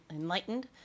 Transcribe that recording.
enlightened